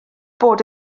bod